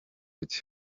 bye